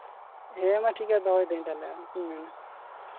ᱦᱮᱸ ᱢᱟ ᱴᱷᱤᱠ ᱜᱮᱭᱟ ᱫᱚᱦᱚᱭᱮᱫᱟᱹᱧ ᱛᱟᱦᱚᱞᱮ ᱟᱨ ᱪᱮᱫ ᱤᱧ ᱢᱮᱱᱟ